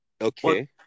Okay